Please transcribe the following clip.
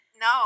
No